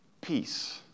Peace